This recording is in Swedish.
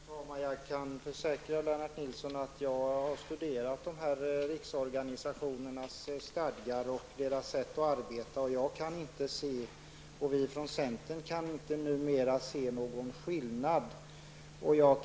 Herr talman! Jag kan försäkra Lennart Nilsson att jag har studerat dessa riksorganisationers stadgar och deras sätt att arbeta. Vi från centern kan numera inte se någon skillnad mellan dessa organisationer.